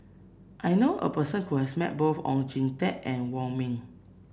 I know a person who has met both Oon Jin Teik and Wong Ming